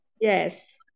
Yes